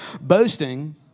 Boasting